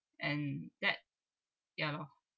and that ya lor